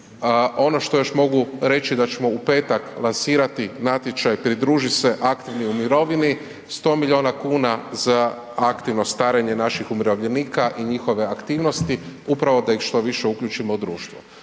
Ono što još mogu reći da ćemo u petak lansirati natječaj pridruži se aktivni u mirovini, 100 milijuna kuna za aktivno starenje naših umirovljenika i njihove aktivnosti upravo da ih što više uključimo u društvo.